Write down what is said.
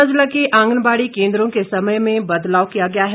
आंगनबाडी ऊना जिला के आंगनबाड़ी केन्द्रों के समय में बदलाव किया गया है